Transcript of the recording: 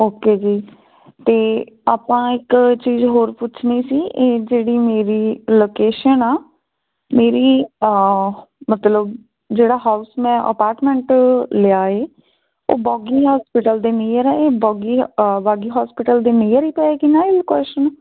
okay ਜੀ ਅਤੇ ਆਪਾਂ ਇੱਕ ਚੀਜ਼ ਹੋਰ ਪੁੱਛਣੀ ਸੀ ਇਹ ਜਿਹੜੀ ਮੇਰੀ ਲੋਕੇਸ਼ਨ ਆ ਮੇਰੀ ਮਤਲਬ ਜਿਹੜਾ ਹਾਊਸ ਮੈਂ ਅਪਾਰਟਮੈਂਟ ਲਿਆ ਹੈ ਉਹ ਬਾਗੀ ਹੋਸਪਿਟਲ ਦੇ ਨੀਅਰ ਆ ਇਹ ਬਾਗੀ ਬਾਗੀ ਹੋਸਪਿਟਲ ਦੇ ਨੀਅਰ ਹੀ ਪਏਗੀ ਨਾ ਇਹ ਲੋਕੇਸ਼ਨ